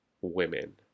women